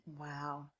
Wow